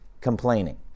complaining